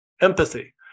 empathy